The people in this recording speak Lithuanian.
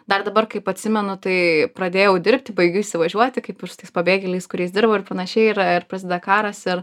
dar dabar kaip atsimenu tai pradėjau dirbti baigiu įsivažiuoti kaip ir su tais pabėgėliais kuriais dirbau ir panašiai ir ir prasideda karas ir